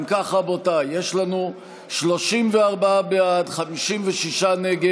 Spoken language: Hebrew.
אם כך, רבותיי, יש לנו 34 בעד, 56 נגד,